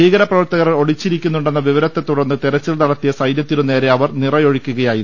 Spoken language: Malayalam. ഭീകരപ്ര വർത്തകർ ഒളിച്ചിരിക്കുന്നുണ്ടെന്ന വിവരത്തെതുടർന്ന് തെരച്ചിൽനടത്തിയ സൈന്യത്തിനുനേരെ അവർ നിറയൊഴിക്കുകയായിരുന്നു